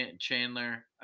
Chandler